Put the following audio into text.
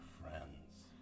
friends